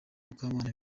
mukamana